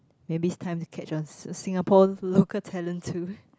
maybe it's time to catch on Singapore local talent too